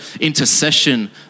intercession